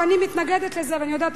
ואני מתנגדת לזה ואני יודעת,